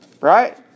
Right